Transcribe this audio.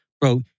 bro